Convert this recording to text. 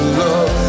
love